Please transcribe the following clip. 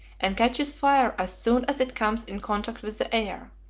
and catches fire as soon as it comes in contact with the air.